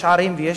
יש ערים ויש,